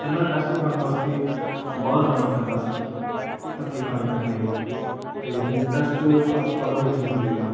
ਪਹਿਲਾਂ ਟੈਸਟ ਕਰਵਾਉਣ ਵਾਸਤੇ ਬਾਹਰ ਜਾਣਾ ਪੈਂਦਾ ਸੀ ਧੱਕੇ ਖਾਣੇ ਪੈਂਦੇ ਸੀ ਅਤੇ ਹੁਣ ਟੈਸਟ ਹਸਪਤਾਲਾਂ ਵਿੱਚ ਹੀ ਹੁੰਦੇ ਆ